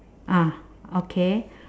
ah okay